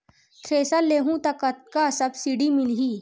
Thresher लेहूं त कतका सब्सिडी मिलही?